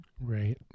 Right